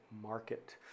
market